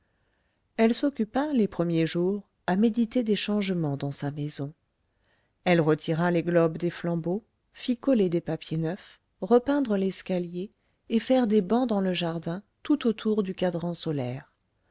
elle s'occupa les premiers jours à méditer des changements dans sa maison elle retira les globes des flambeaux fit coller des papiers neufs repeindre l'escalier et faire des bancs dans le jardin tout autour du cadran solaire